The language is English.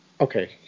Okay